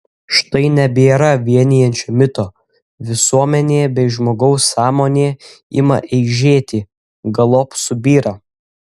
štai nebėra vienijančio mito visuomenė bei žmogaus sąmonė ima eižėti galop subyra